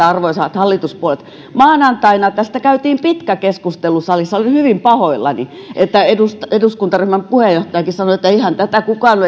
arvoisat hallituspuolueet maanantaina tästä käytiin pitkä keskustelu salissa olin hyvin pahoillani että eduskuntaryhmän puheenjohtajakin sanoi että eihän tätä kukaan